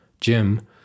Jim